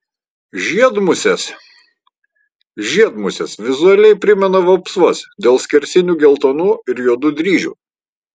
žiedmusės žiedmusės vizualiai primena vapsvas dėl skersinių geltonų ir juodų dryžių